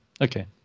okay